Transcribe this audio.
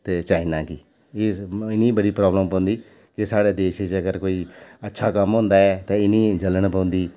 ते चाइना गी इनेंगी बड़ी प्रॉब्लम पौंदी एह् साढ़े देश च अगर कोई अच्छा कम्म होंदा ऐ ते इ'नेंगी जलन पौंदी